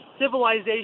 civilization